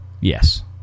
Yes